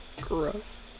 Gross